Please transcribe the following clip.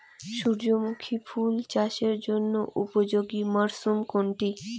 সূর্যমুখী ফুল চাষের জন্য উপযোগী মরসুম কোনটি?